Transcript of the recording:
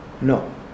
No